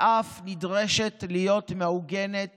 ואף נדרשת להיות מעוגנת